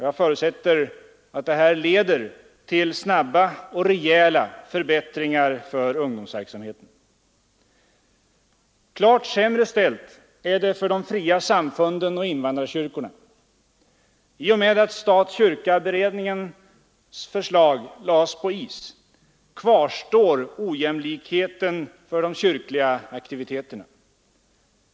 Jag förutsätter att detta snabbt leder till rejäla förbättringar för ungdomsverksamheten. Klart sämre ställt är det för de fria samfunden och invandrarkyrkorna. I och med att stat—kyrka-beredningens förslag lades på is kvarstår ojämlikheten för de kyrkliga aktiviteterna.